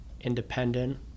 independent